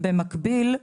במקביל,